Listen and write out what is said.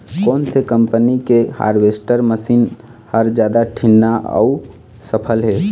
कोन से कम्पनी के हारवेस्टर मशीन हर जादा ठीन्ना अऊ सफल हे?